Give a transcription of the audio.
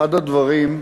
אחד הדברים,